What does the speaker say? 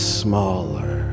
smaller